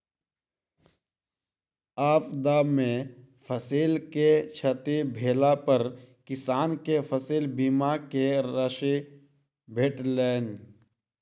आपदा में फसिल के क्षति भेला पर किसान के फसिल बीमा के राशि भेटलैन